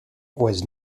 was